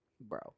bro